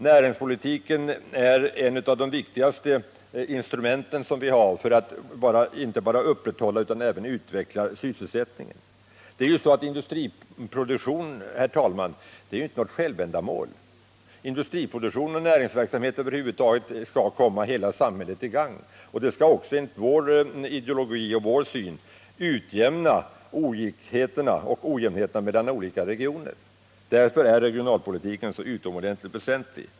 Näringspolitiken är ett av de viktigaste instrumenten vi har för att inte bara upprätthålla utan även utveckla sysselsättningen. Industriproduktion är ju inte något självändamål. Industriproduktion och näringsverksamhet över huvud taget skall komma hela samhället till gagn, och det skall också enligt vår ideologi utjämna olikheterna och ojämnheterna mellan olika regioner. Därför är regionalpolitiken så utomordentligt väsentlig.